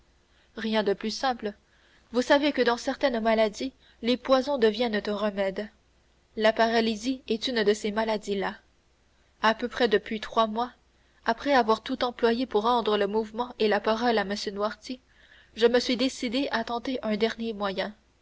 rien de plus simple vous savez que dans certaines maladies les poisons deviennent un remède la paralysie est une de ces maladies là à peu près depuis trois mois après avoir tout employé pour rendre le mouvement et la parole à m noirtier je me suis décidé à tenter un dernier moyen